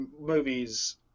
movies